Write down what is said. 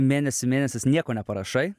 mėnesių mėnesius nieko neparašai